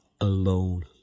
alone